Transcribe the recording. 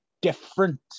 different